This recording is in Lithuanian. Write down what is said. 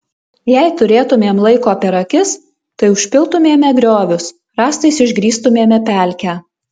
jei turėtumėm laiko per akis tai užpiltumėme griovius rąstais išgrįstumėme pelkę